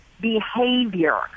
behavior